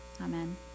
Amen